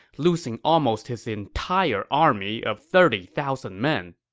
losing almost his entire army of thirty thousand men.